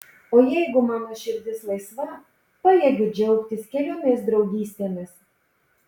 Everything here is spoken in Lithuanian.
o jeigu mano širdis laisva pajėgiu džiaugtis keliomis draugystėmis